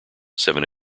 seven